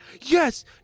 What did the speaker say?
yes